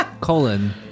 colon